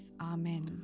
Amen